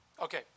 Okay